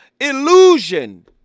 illusion